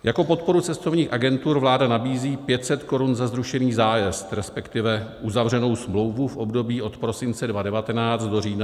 Jako podporu cestovních agentur vláda nabízí 500 korun za zrušený zájezd, resp. uzavřenou smlouvu v období od prosince 2019 do října 2020.